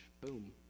Boom